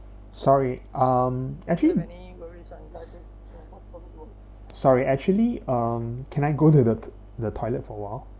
sorry um actually sorry actually um can I go to th~ the toilet for a while